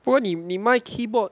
不过你你卖 keyboard